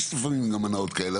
יש לפעמים גם הנאות כאלה,